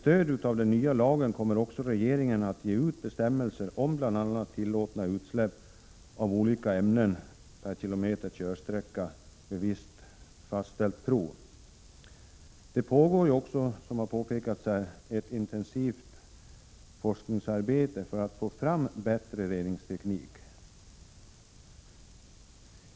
Med stöd av den nya lagen kommer också regeringen att ge ut bestämmelser om bl.a. tillåtna utsläpp av olika ämnen per kilometer körsträcka vid visst fastställt prov. Det pågår också, vilket har påpekats här, ett intensivt forskningsarbete för att få fram bättre reningsteknik.